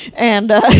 and